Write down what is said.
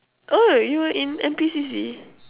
oh you were in N_P_C_C